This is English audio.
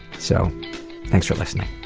so thanks for listening